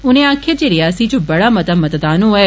उनें आक्खेआ जे रियासी च बड़ा मता मतदान होआ ऐ